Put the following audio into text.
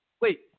wait